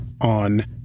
on